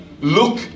look